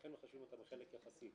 לכן מחשבים את החלק היחסי.